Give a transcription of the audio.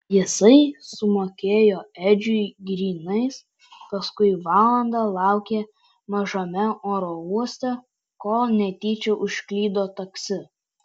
jisai sumokėjo edžiui grynais paskui valandą laukė mažame oro uoste kol netyčia užklydo taksi